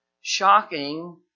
shocking